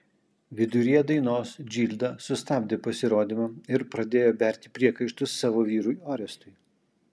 viduryje dainos džilda sustabdė pasirodymą ir pradėjo berti priekaištus savo vyrui orestui